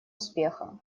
успеха